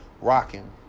rocking